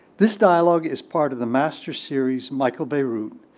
this dialogue is part of the master series michael beirut,